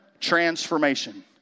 transformation